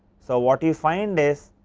so, what you find is,